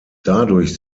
dadurch